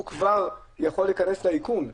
הוא כבר יכול להיכנס לאיכון.